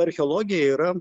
archeologija yra